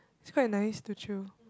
it's quite nice to chill